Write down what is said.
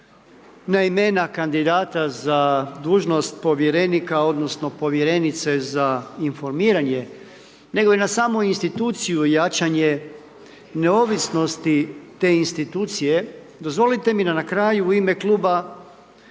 na imena kandidata za dužnost povjerenika odnosno povjerenice za informiranje nego i na samu instituciju jačanje neovisnosti te institucije, dozvolite mi da na kraju u ime kluba